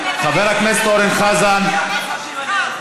חבר הכנסת אורן חזן, סליחה.